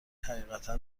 حقیقتا